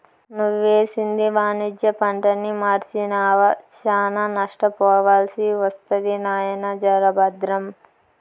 నువ్వేసింది వాణిజ్య పంటని మర్సినావా, శానా నష్టపోవాల్సి ఒస్తది నాయినా, జర బద్రం